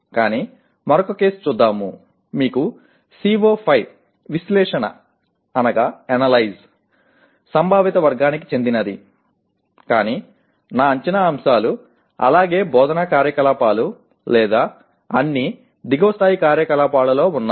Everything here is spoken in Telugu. ఇప్పుడు మరొక కేసు చూద్దాము మీకు CO5 ' విశ్లేషణఅనలైజ్' సంభావిత వర్గానికి చెందినది కానీ నా అంచనా అంశాలు అలాగే బోధనా కార్యకలాపాలు లేదా అన్నీ దిగువ స్థాయి కార్యకలాపాలలో ఉన్నాయి